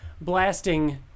blasting